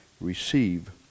receive